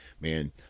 man